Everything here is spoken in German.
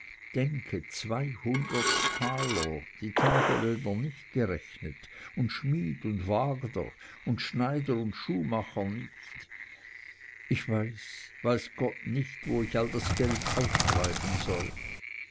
denke zweihundert taler die taglöhner nicht gerechnet und schmied und wagner und schneider und schuhmacher nicht ich weiß weiß gott nicht wo ich all das geld auftreiben soll